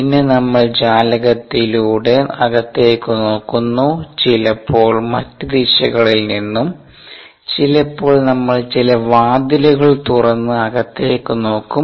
പിന്നെ നമ്മൾ ജാലകത്തിലൂടെ അകത്തേക്ക് നോക്കുന്നു ചിലപ്പോൾ മറ്റ് ദിശകളിൽ നിന്നും ചിലപ്പോൾ നമ്മൾ ചില വാതിലുകൾ തുറന്ന് അകത്തേക്ക് നോക്കും